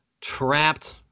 trapped